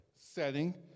setting